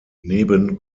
neben